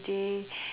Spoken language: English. ~day